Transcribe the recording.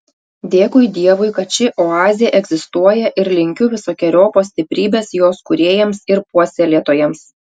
dėkui dievui kad ši oazė egzistuoja ir linkiu visokeriopos stiprybės jos kūrėjams ir puoselėtojams